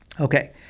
Okay